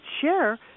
share